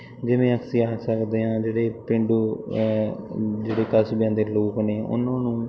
ਜਿਵੇਂ ਅਸੀਂ ਆਖ ਸਕਦੇ ਹਾਂ ਜਿਹੜੇ ਪੇਂਡੂ ਜਿਹੜੇ ਕਸਬਿਆਂ ਦੇ ਲੋਕ ਨੇ ਉਹਨਾਂ ਨੂੰ